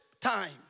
time